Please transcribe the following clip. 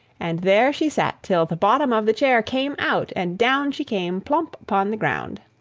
and there she sat till the bottom of the chair came out, and down she came plump upon the ground.